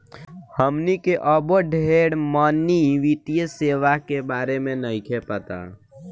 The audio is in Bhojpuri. हमनी के अबो ढेर मनी वित्तीय सेवा के बारे में नइखे पता